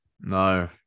No